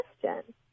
question